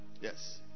Yes